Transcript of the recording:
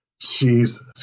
Jesus